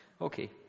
Okay